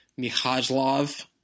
Mihajlov